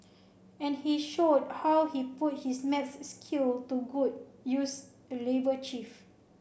and he showed how he put his math skill to good use the labour chief